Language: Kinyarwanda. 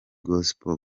gospel